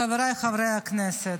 חבריי חברי הכנסת,